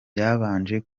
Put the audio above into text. byabanje